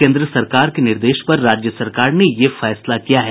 केन्द्र सरकार के निर्देश पर राज्य सरकार ने यह फैसला किया है